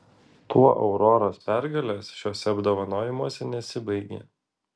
tuo auroros pergalės šiuose apdovanojimuose nesibaigė